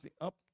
up